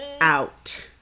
out